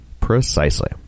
precisely